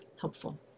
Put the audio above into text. helpful